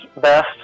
best